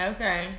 Okay